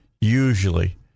usually